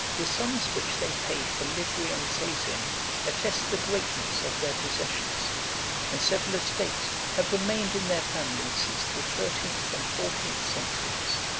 the sums which they paid for livery and seizin attest the greatness of their possessions and several estates have remained in their family since the thirteenth and fourteenth centuries.